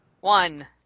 One